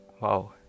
Wow